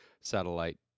satellite